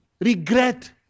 regret